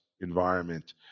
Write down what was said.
environment